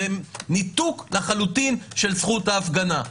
זה ניתוק לחלוטין של זכות ההפגנה.